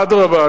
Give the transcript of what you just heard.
אדרבה,